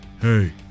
hey